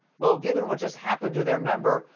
well, given what just happened to their member,